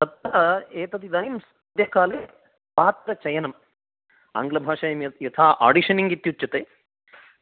तत्र एतदिदानीं सद्यः काले पात्रचयनं आङ्ग्लभाषायां यथा आडिषनिङ् इत्युच्यते